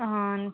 Ahaan